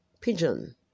Pigeon